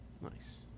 Nice